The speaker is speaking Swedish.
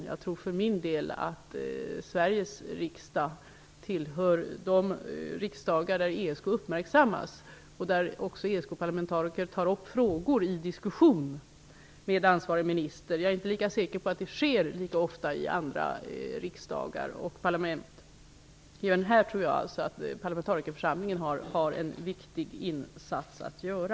Jag menar för min del att Sveriges riksdag tillhör de parlament där ESK uppmärksammas och där också ESK parlamentariker tar upp frågor i diskussion med ansvarig minister. Jag är inte lika säker på att det sker lika ofta i andra parlament. Även här tror jag att parlamentarikerförsamlingen har en viktig insats att göra.